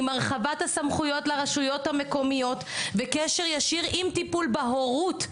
עם הרחבת הסמכויות לרשויות המקומיות וקשר ישיר עם טיפול בהורות,